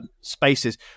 spaces